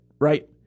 right